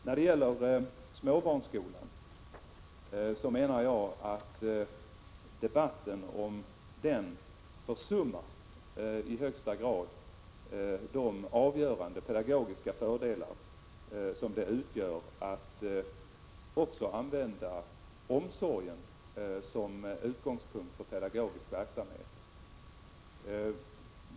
När det gäller småbarnsskolan menar jag att man i debatten om denna i högsta grad försummar de avgörande pedagogiska fördelar som kan vinnas, om omsorgen också tas som utgångspunkt för pedagogisk verksamhet.